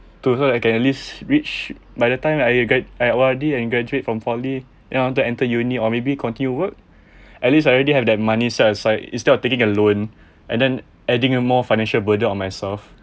to her I can at least rich by the time I graduate at O_R_D and graduate from poly and then I want to enter uni or maybe continue work at least I already have that money set aside instead of taking a loan and then adding a more financial burden on myself